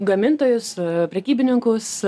gamintojus prekybininkus